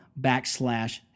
backslash